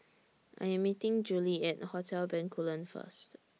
I Am meeting Juli At Hotel Bencoolen First